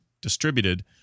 distributed